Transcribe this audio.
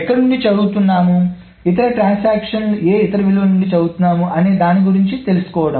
ఎక్కడ నుండి చదువుతున్నాము ఇతర ట్రాన్సాక్షన్లు ఏ ఇతర విలువల నుండి చదువుతాము అనేదాని గురించి తెలుసుకోవడం